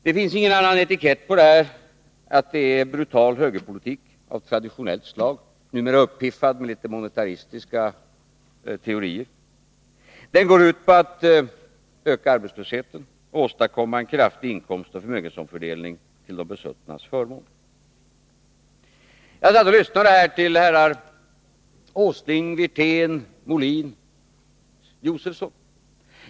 Det finns ingen annan etikett på detta än att det är brutal högerpolitik av traditionellt slag, numera uppiffad med litet monetaristiska teorier. Den går ut på att öka arbetslösheten och åstadkomma en kraftig inkomstoch förmögenhetsomfördelning till de besuttnas fördel. Jag lyssnade här till herrar Åsling, Wirtén, Molin och Josefson.